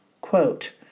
quote